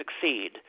succeed –